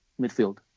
midfield